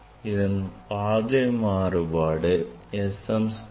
இதன் பாதை மாறுபாடு S m square